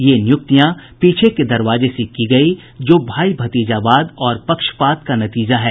ये नियुक्तियां पीछे के दरवाजे से की गयी जो भाई भतीजावाद और पक्षपात का नतीजा है